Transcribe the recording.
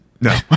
No